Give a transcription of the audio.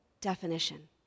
definition